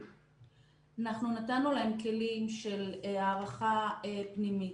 אנחנו נתנו להם כלים של הערכה פנימית.